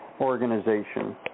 organization